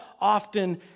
often